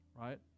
right